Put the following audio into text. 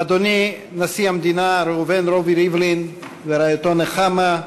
אדוני נשיא המדינה ראובן רובי ריבלין ורעייתו נחמה,